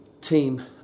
team